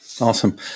Awesome